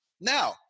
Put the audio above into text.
Now